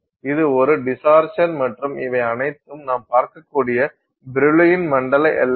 இது ஒரு டிஸ்டார்சன் மற்றும் இவை அனைத்தும் நாம் பார்க்கக்கூடிய பிரில்லூயின் மண்டல எல்லைகள்